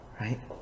right